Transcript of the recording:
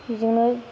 बेजोंनो